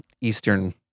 Eastern